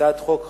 הצעת חוק חשובה,